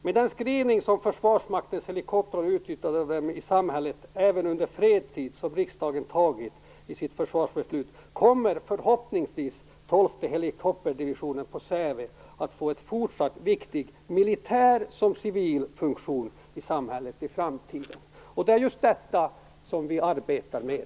Med den skrivning om att Försvarsmaktens helikoptrar skall utnyttjas även under fredstid som riksdagen antagit i sitt försvarsbeslut kommer förhoppningsvis tolfte helikopterdivisionen på Säve att få en fortsatt viktig militär som civil funktion i samhället i framtiden. Det är just detta som vi arbetar med.